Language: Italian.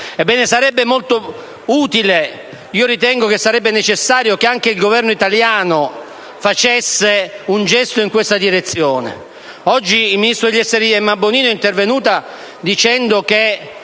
Ebbene, sarebbe molto utile - io ritengo che sarebbe necessario - che anche il Governo italiano facesse un gesto in questa direzione. Oggi il ministro degli esteri Emma Bonino è intervenuta criticando il